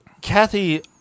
Kathy